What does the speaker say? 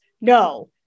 no